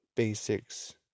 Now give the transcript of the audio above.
basics